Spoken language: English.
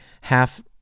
half